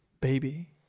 baby